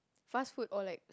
fast food or like